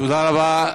תודה רבה.